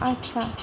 আচ্ছা